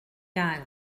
gael